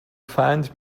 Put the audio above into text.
find